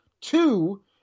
Two